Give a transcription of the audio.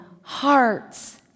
hearts